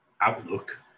outlook